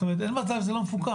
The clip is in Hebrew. זאת אומרת אין מצב שזה לא מפוקח.